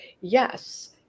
yes